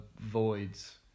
Voids